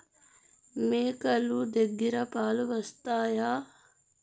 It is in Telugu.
మేక లు దగ్గర పాలు వస్తాయా?